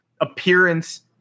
appearance